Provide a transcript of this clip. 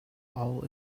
all